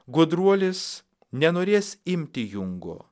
gudruolis nenorės imti jungo